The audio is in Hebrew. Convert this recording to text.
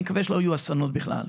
אני מקווה שלא יהיו אסונות בכלל,